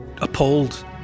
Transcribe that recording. appalled